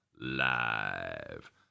live